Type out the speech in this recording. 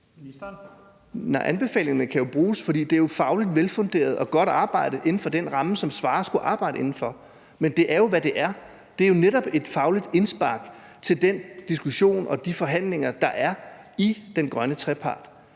anbefalingerne kan jo bruges, fordi det er et fagligt velfunderet og godt arbejde inden for den ramme, som Michael Svarer skulle arbejde inden for, men det er jo, hvad det er. Det er jo netop et fagligt indspark til den diskussion og de forhandlinger, der er i den grønne trepart,